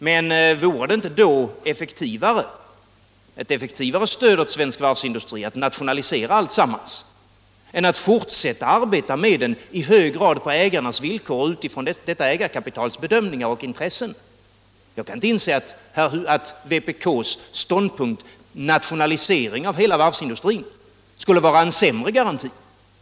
Men vore det inte då ett effektivare stöd åt svensk varvsindustri att nationalisera alltsammans än att fortsätta att arbeta med denna varvsindustri i hög grad på ägarnas villkor och utifrån ägarkapitalets bedömningar och intressen? Jag kan inte inse att vpk:s ståndpunkt, som innebär nationalisering av hela varvsindustrin, skulle vara en sämre garanti.